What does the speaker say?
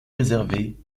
réservée